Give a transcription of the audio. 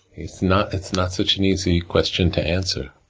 it's not it's not such an easy question to answer.